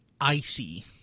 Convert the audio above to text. icy